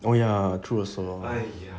oh ya true also